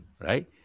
right